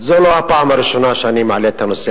זו לא הפעם הראשונה שאני מעלה את הנושא